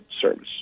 service